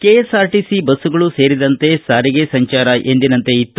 KSRTC ಬಸ್ತುಗಳು ಸೇರಿದಂತೆ ಸಾರಿಗೆ ಸಂಚಾರ ಎಂದಿನಂತೆ ಇತ್ತು